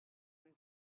been